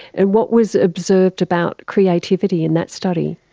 and what was observed about creativity in that study?